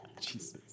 Jesus